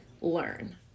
learn